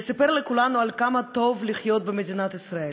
וסיפר לכולנו כמה טוב לחיות במדינת ישראל.